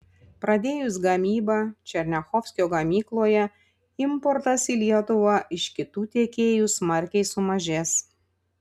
pradėjus gamybą černiachovskio gamykloje importas į lietuvą iš kitų tiekėjų smarkiai sumažės